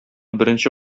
беренче